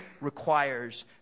requires